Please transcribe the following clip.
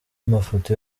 mafoto